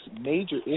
major